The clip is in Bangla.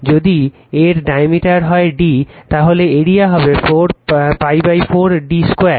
যদি এর ডায়ামিটার হয় d তাহলে এরিয়া হবে π4 d 2